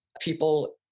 people